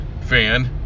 fan